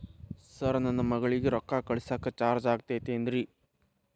Sir ನನ್ನ ಮಗಳಗಿ ರೊಕ್ಕ ಕಳಿಸಾಕ್ ಚಾರ್ಜ್ ಆಗತೈತೇನ್ರಿ?